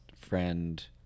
friend